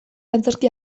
antzerki